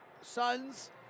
Suns